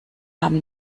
haben